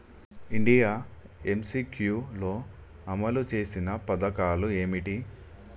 India MCQ లో అమలు చేసిన పథకాలు ఏమిటి?